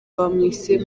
bamwise